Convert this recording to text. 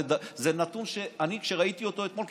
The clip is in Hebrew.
זה נתון שכשראיתי אותו אתמול,